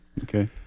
okay